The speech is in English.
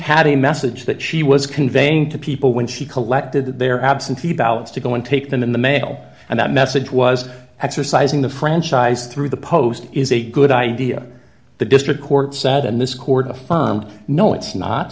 had a message that she was conveying to people when she collected their absentee ballots to go and take them in the mail and that message was exercising the franchise through the post is a good idea the district court said and this court affirmed no it's not